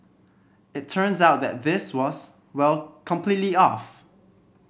it turns out that this was well completely off